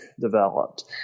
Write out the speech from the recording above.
developed